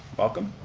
welcome.